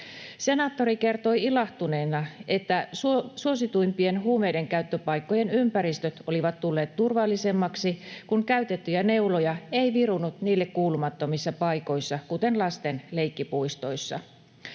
Senaattori kertoi ilahtuneena, että suosituimpien huumeidenkäyttöpaikkojen ympäristöt olivat tulleet turvallisemmaksi, kun käytettyjä neuloja ei virunut niille kuulumattomissa paikoissa, kuten lasten leikkipuistoissa.